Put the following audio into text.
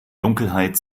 dunkelheit